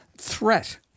threat